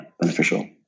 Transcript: Beneficial